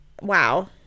wow